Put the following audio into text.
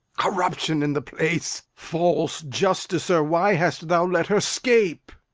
corruption in the place! false justicer, why hast thou let her scape?